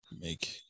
make